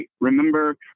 remember